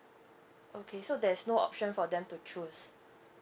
okay so there's no option for them to choose